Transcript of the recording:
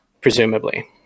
presumably